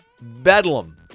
Bedlam